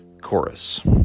chorus